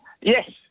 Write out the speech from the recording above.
Yes